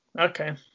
Okay